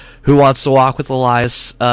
who-wants-to-walk-with-Elias